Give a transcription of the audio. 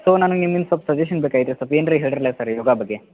so ನನಗೆ ನಿಮ್ಮಿಂದ ಸೊಲ್ಪ ಸಜೇಷನ್ ಬೇಕಾಗಿತ್ತು ಸೊಲ್ಪ ಏನ್ರ ಹೇಳ್ರಲ ಸರ್ ಯೋಗ ಬಗ್ಗೆ